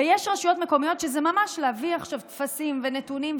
ויש רשויות מקומיות שזה ממש להביא עכשיו טפסים ונתונים,